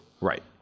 Right